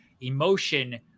emotion